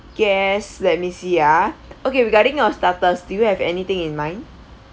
guest let me see ah okay regarding your starters do you have anything in mind